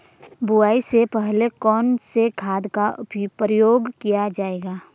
बुआई से पहले कौन से खाद का प्रयोग किया जायेगा?